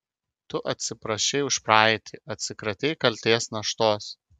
tu atsiprašei už praeitį atsikratei kaltės naštos